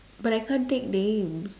but I can't take names